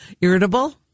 Irritable